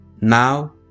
Now